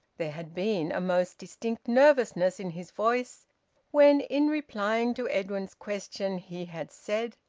there had been a most distinct nervousness in his voice when, in replying to edwin's question, he had said,